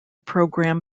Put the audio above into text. program